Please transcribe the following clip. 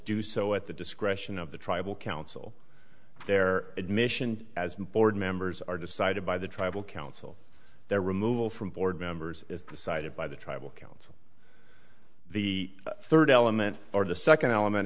do so at the discretion of the tribal council their admission as board members are decided by the tribal council their removal from board members is decided by the tribal council the third element or the second element